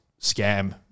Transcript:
scam